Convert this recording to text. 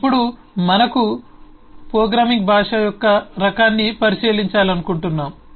ఇప్పుడు మనకు అవసరం ప్రోగ్రామింగ్ భాష యొక్క రకాన్ని పరిశీలించాలనుకుంటున్నాము